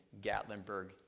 Gatlinburg